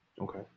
Okay